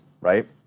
right